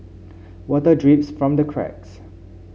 water drips from the cracks